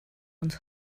uns